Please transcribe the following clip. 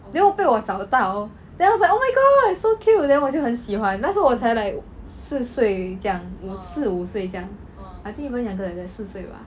then 被我找到 then I was like oh my god so cute then 我就很喜欢那时我才 like 四岁这样四五岁这样 I think even younger than that 四岁吧